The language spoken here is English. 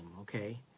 okay